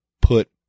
put